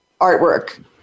artwork